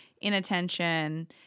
inattention